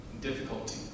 difficulty